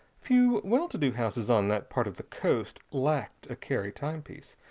few well-to-do houses on that part of the coast lacked a cary timepiece.